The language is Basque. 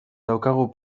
daukagu